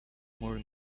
more